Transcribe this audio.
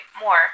more